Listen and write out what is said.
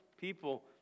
people